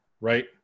right